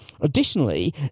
Additionally